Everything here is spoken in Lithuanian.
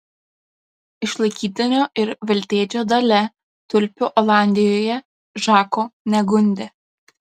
išlaikytinio ir veltėdžio dalia tulpių olandijoje žako negundė